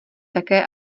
také